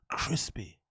crispy